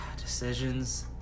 Decisions